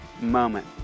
moment